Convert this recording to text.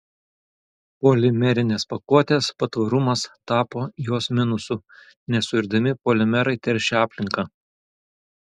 polimerinės pakuotės patvarumas tapo jos minusu nesuirdami polimerai teršia aplinką